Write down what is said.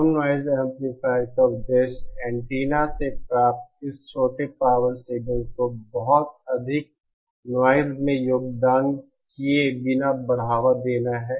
कम noise amplifier का उद्देश्य antenna से प्राप्त इस छोटे पावर सिग्नल को बहुत अधिक नॉइज़ में योगदान किए बिना बढ़ावा देना है